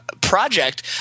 project